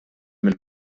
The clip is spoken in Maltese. mill